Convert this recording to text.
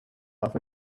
off